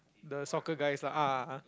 the soccer guys lah ah